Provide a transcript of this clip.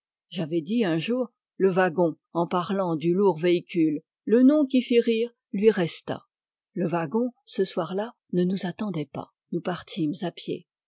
j'avais dit un jour le wagon en parlant du lourd véhicule le nom qui fit rire lui resta le wagon ce soir-là ne nous attendait pas nous partîmes à pied